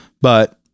but-